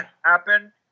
happen